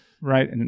right